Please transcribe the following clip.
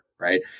Right